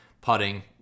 putting